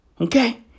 Okay